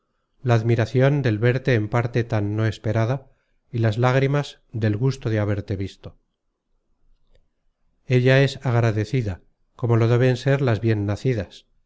la admiracion del verte en parte tan no esperada y las lágrimas del gusto de haberte visto ella es agradecida como lo deben ser las bien nacidas